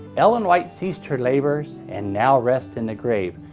ellen white ceased her labors and now rests in the grave,